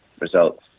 results